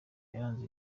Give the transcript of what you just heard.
yaranze